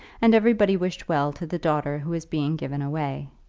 and everybody wished well to the daughter who was being given away.